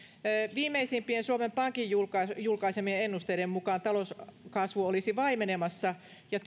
viimeisimpien suomen pankin julkaisemien julkaisemien ennusteiden mukaan talouskasvu olisi vaimenemassa ja